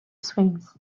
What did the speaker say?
swings